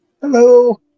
hello